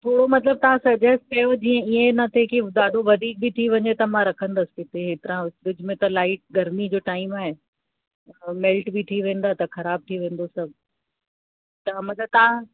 थोरो मतलबु तव्हां सजेस्ट कयो जीअं इअं न थिए कि ॾाढो वधीक बि थी वञे त मां रखंदसि किथे हेतिरा फ़्रीज में लाइट गर्मी जो टाइम आहे मेल्ट बि थी वेंदा त ख़राबु थी वेंदो सभु मतलबु तव्हां